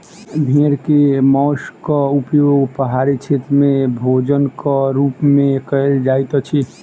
भेड़ के मौंसक उपयोग पहाड़ी क्षेत्र में भोजनक रूप में कयल जाइत अछि